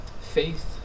faith